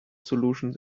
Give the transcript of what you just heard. solutions